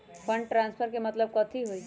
Fund transfer के मतलब कथी होई?